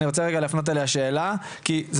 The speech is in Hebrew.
אני רוצה רגע להפנות אליה שאלה מפני שזה